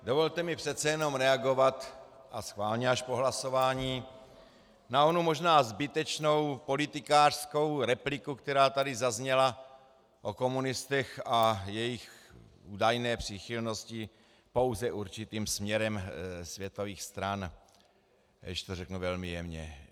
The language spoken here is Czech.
Dovolte mi přece jenom reagovat, a schválně až po hlasování, na onu možná zbytečnou politikářskou repliku, která tady zazněla o komunistech a jejich údajné příchylnosti pouze určitým směrem světových stran, když to řeknu velmi jemně.